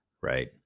right